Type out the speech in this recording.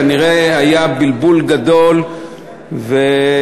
כנראה היה בלבול גדול והוחלט